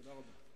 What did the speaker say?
תודה רבה.